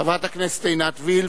חברת הכנסת עינת וילף,